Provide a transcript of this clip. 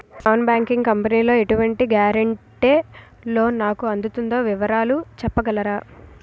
Non banking company లో ఎటువంటి guarantee loan నాకు అవుతుందో వివరాలు చెప్పగలరా?